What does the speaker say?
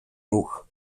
рух